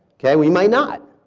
okay. we might not.